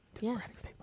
Yes